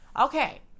Okay